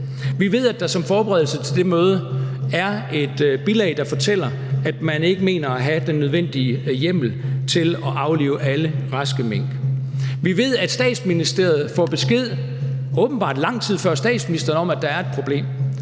Vi ved, at der som forberedelse til det møde er et bilag, der fortæller, at man ikke mener at have den nødvendige hjemmel til at aflive alle raske mink. Vi ved, at Statsministeriet får besked – åbenbart lang tid før statsministeren – om, at der er et problem,